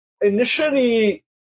Initially